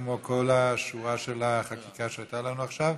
כמו כל השורה של החקיקה שהייתה לנו עכשיו.